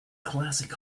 classic